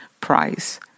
price